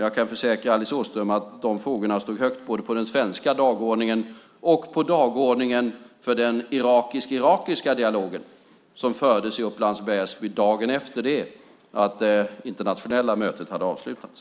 Jag kan försäkra Alice Åström att de här frågorna stod högt både på den svenska dagordningen och på dagordningen för den irakisk-irakiska dialog som fördes i Upplands Väsby dagen efter det att det internationella mötet hade avslutats.